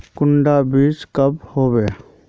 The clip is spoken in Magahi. कुंडा बीज कब होबे?